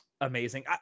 amazing